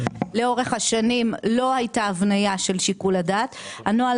לאורך השנים לא הייתה הבנייה של שיקול הדעת והנוהל